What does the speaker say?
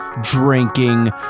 drinking